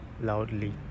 loudly